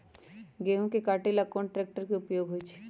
गेंहू के कटे ला कोंन ट्रेक्टर के उपयोग होइ छई?